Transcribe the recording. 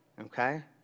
okay